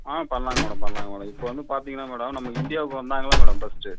ஆ பண்ணலாங்க மேடம் பண்ணலாங்க மேடம் இப்போ வந்து பார்த்திங்ன்னா மேடம் நம்ம இந்தியாவுக்கு வந்தாங்கள்ல மேடம் ஃபர்ஸ்ட்டு